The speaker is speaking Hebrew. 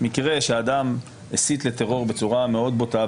מקרה שאדם הסית לטרור בצורה מאוד בוטה,